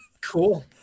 Cool